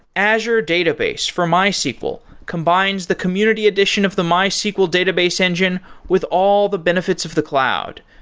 azure database for mysql combines the community addition of the mysql database engine with all the benefits of the cloud,